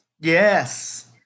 Yes